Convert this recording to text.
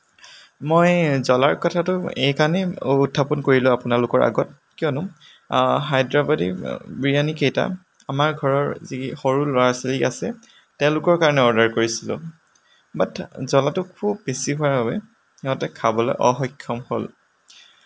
মই জলাৰ কথাটো এইকাৰণেই উত্থাপন কৰিলোঁ আপোনালোকৰ আগত কিয়নো হাইদৰাবাদি বিৰিয়ানিকেইটা আমাৰ ঘৰৰ যি সৰু ল'ৰা ছোৱালী আছে তেওঁলোকৰ কাৰণে অৰ্ডাৰ কৰিছিলোঁ বাত জলাটো খুব বেছি হোৱাৰ বাবে সিহঁতে খাবলৈ অসক্ষম হ'ল